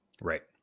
Right